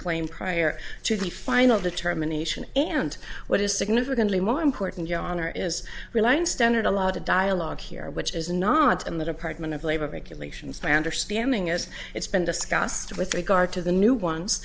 claim prior to the final determination and what is significantly more important yonder is relying standard a lot of dialogue here which is not in the department of labor regulations my understanding is it's been discussed with regard to the new ones